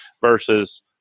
versus